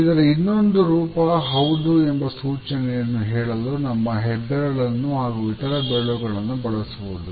ಇದರ ಇನ್ನೊಂದು ರೂಪ ಹೌದು ಎಂಬ ಸೂಚನೆಯನ್ನು ಹೇಳಲು ನಮ್ಮ ಹೆಬ್ಬೆರಳನ್ನು ಹಾಗೂ ಇತರ ಬೆರಳುಗಳನ್ನು ಬಳಸುವುದು